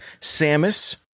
Samus